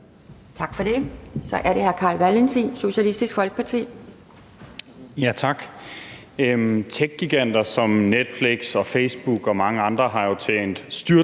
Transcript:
Tak for det. Så er det hr. Carl Valentin, Socialistisk Folkeparti. Kl. 16:28 Carl Valentin (SF): Tak. Techgiganter som Netflix og Facebook og mange andre har jo tjent styrtende